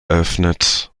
eröffnet